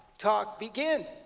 talk begin.